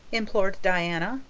implored diana.